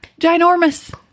ginormous